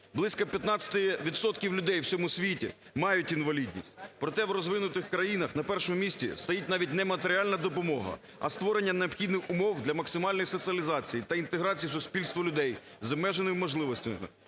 відсотків людей у всьому світі мають інвалідність, проте в розвинутих країнах на першому місці стоїть навіть не матеріальна допомога, а створення необхідних умов для максимальної соціалізації та інтеграції в суспільство людей з обмеженими можливостями